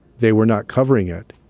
they were not covering it.